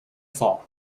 fall